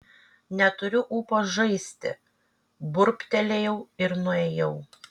neturiu ūpo žaisti burbtelėjau ir nuėjau